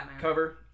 Cover